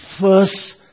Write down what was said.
first